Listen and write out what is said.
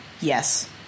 Yes